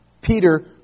Peter